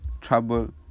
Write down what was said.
trouble